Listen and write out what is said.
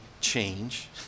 change